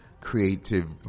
creative